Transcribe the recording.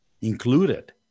included